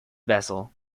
vessel